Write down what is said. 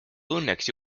õnneks